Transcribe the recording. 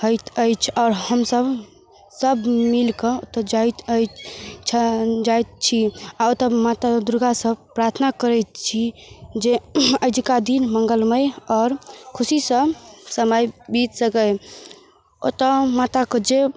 होइत अछि आओर हमसभ सभ मिलिकऽ ओतऽ जाइत अछि अच्छा जाइत छी आओर ओतऽ माता दुर्गासँ प्रार्थना करैत छी जे अजुका दिन मङ्गलमय आओर खुशीसँ समय बीति सकै ओतऽ माताके जे